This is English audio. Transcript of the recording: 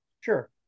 Sure